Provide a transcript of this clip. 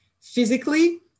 physically